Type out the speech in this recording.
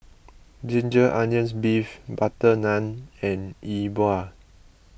Ginger Onions Beef Butter Naan and Yi Bua